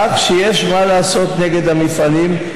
כך שיש מה לעשות נגד המפעלים.